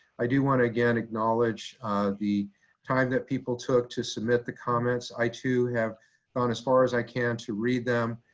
i do wanna again acknowledge the time that people took to submit the comments. i too have gone as far as i can to read them.